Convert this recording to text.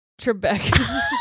Trebek